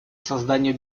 созданию